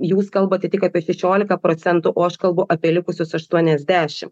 jūs kalbate tik apie šešiolika procentų o aš kalbu apie likusius aštuoniasdešim